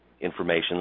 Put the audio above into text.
information